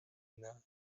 luna